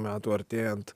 metų artėjant